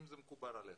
אם זה מקובל עליך,